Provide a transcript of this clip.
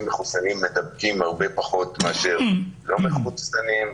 מחוסנים מידבקים הרבה פחות מאשר לא מחוסנים.